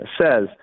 says